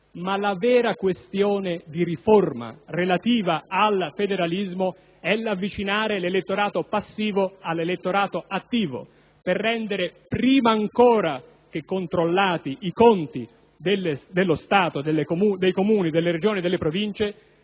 Ma la vera questione della riforma relativa al federalismo consiste nell'avvicinare l'elettorato passivo all'elettorato attivo. Prima ancora di controllare i conti dello Stato, dei Comuni, delle Regioni e delle Province,